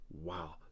wow